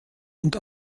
und